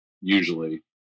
usually